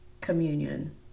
communion